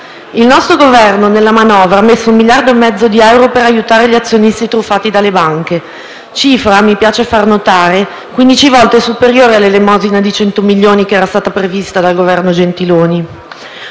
Il nostro Governo, nella manovra, ha messo un miliardo e mezzo di euro per aiutare gli azionisti truffati dalle banche. Cifra, mi piace far notare, 15 volte superiore all'elemosina di 100 milioni che era stata prevista dal Governo Gentiloni